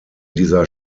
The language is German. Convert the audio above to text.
dieser